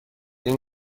این